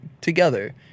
together